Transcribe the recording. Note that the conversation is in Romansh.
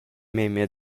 memia